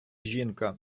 жінка